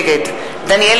נגד דניאל